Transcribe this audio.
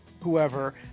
whoever